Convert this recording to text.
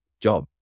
job